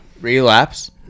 Relapse